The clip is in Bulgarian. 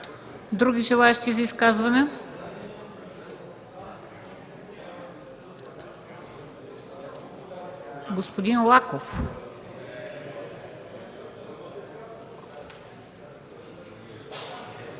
Други желаещи за изказване? Господин Лаков.